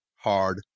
hard